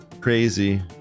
crazy